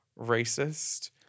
Racist